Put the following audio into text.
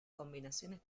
combinaciones